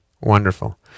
wonderful